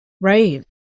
Right